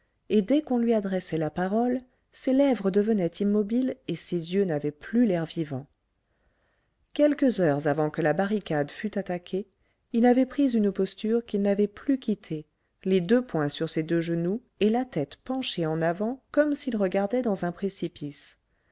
et dès qu'on lui adressait la parole ses lèvres devenaient immobiles et ses yeux n'avaient plus l'air vivants quelques heures avant que la barricade fût attaquée il avait pris une posture qu'il n'avait plus quittée les deux poings sur ses deux genoux et la tête penchée en avant comme s'il regardait dans un précipice